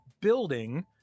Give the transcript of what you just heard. building